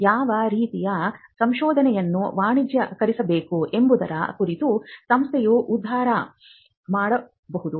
ಯಾವ ರೀತಿಯ ಸಂಶೋಧನೆಯನ್ನು ವಾಣಿಜ್ಯೀಕರಿಸಬೇಕು ಎಂಬುದರ ಕುರಿತು ಸಂಸ್ಥೆಯು ಉದ್ದಾರ ಮಾಡಬಹುದು